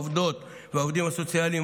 העובדות והעובדים הסוציאליים,